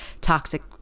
toxic